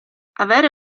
avere